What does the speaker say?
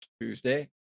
Tuesday